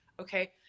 okay